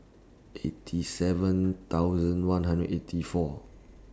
eighty seven thousand one hundred eighty four